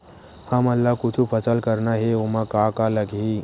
हमन ला कुछु फसल करना हे ओमा का का लगही?